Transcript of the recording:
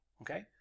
Okay